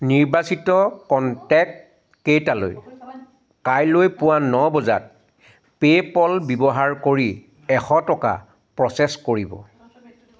নিৰ্বাচিত কণ্টেক্টকেইটালৈ কাইলৈ পুৱা ন বজাত পে'পল ব্যৱহাৰ কৰি এশ টকা প্ৰ'চেছ কৰিব